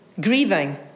grieving